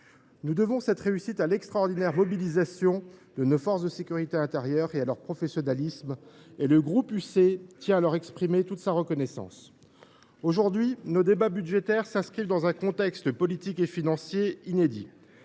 Nous devons cette réussite à l’extraordinaire mobilisation de nos forces de sécurité intérieure (FSI) et à leur professionnalisme. Le groupe Union Centriste tient à leur exprimer toute sa reconnaissance. Aujourd’hui, nos débats budgétaires s’inscrivent dans un contexte politique et financier inédit.